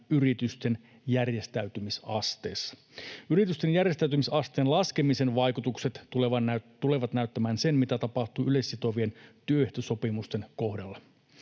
yritysten järjestäytymisasteessa. Yritysten järjestäytymisasteen laskemisen vaikutukset tulevat näyttämään sen, mitä tapahtuu yleissitovien työehtosopimusten kohdalla.